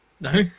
No